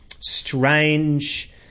Strange